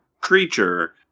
creature